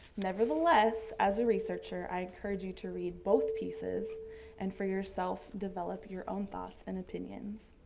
nevertheless as a researcher i encourage you to read both pieces and for yourself develop your own thoughts and opinions.